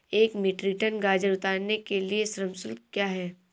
एक metric ton गाजर उतारने के लिए श्रम शुल्क क्या है?